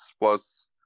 plus